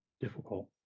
difficult